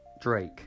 Drake